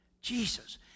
Jesus